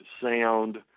sound